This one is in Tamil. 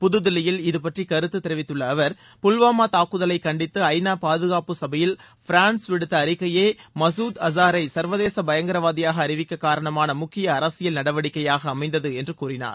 புததில்லியில் இதுபற்றி கருத்து கூறியுள்ள அவர் புல்வாமா தாக்குதலை கண்டித்து ஐநா பாதுகாப்பு சபையில் பிரான்ஸ் விடுத்த அறிக்கையே மசூத் அசாரை சள்வதேச பயங்கரவாதியாக அறிவிக்க காரணமான முக்கிய அரசியல் நடவடிக்கையாக அமைந்தது என்று கூறினார்